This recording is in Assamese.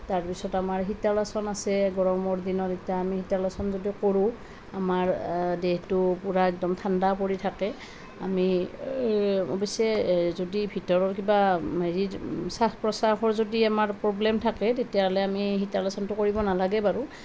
তাৰ পিছত আমাৰ শীতালোসন আছে গৰমৰ দিনত যদি আমি শীতালোসন কৰোঁ আমাৰ দেহটো পূৰা একদম ঠাণ্ডা পৰি থাকে আমি অৱশ্যে যদি ভিতৰৰ কিবা হেৰি শ্বাস প্ৰশ্বাসৰ যদি আমাৰ কিবা প্ৰব্লেম থাকে তেতিয়হ'লে আমি শীতালোসনটো কৰিব নালাগে বাৰু